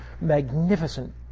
magnificent